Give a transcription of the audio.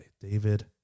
David